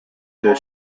the